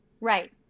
Right